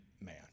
man